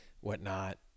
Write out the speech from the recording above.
whatnot